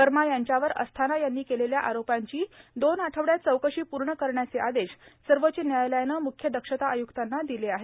वर्मा यांच्यावर अस्थाना यांनी केलेल्या आरोपांची दोन आठवड्यात चौकशी पूर्ण करण्याचे आदेश सर्वोच्च न्यायालयानं मुख्य दक्षता आय्क्तांना दिले आहेत